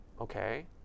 okay